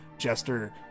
jester